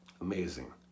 amazing